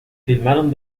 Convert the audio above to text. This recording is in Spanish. filmaron